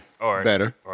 Better